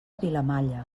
vilamalla